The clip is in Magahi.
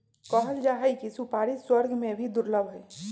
कहल जाहई कि सुपारी स्वर्ग में भी दुर्लभ हई